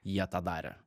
jie tą darė